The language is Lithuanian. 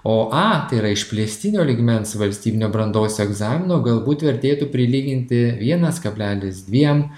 o a tai yra išplėstinio lygmens valstybinio brandos egzamino galbūt vertėtų prilyginti vienas kablelis dviem